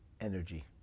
energy